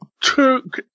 took